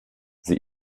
sie